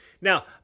now